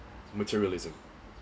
materialism